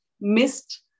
missed